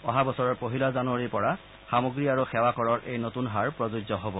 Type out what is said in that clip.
অহা বছৰৰ পহিলা জানুৱাৰীৰ পৰা সামগ্ৰী আৰু সেৱা কৰৰ এই নতুন হাৰ প্ৰজোয্য হব